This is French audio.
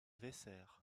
weser